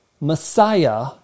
Messiah